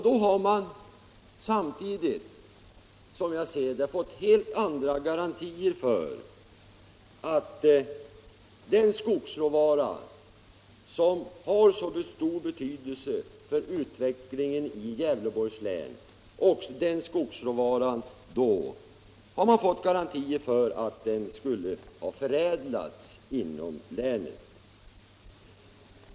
Då hade det, som jag ser saken, funnits helt andra garantier för att den skogsråvara som har så stor betydelse för utvecklingen i Gävleborgs län skulle ha förädlats inom länet.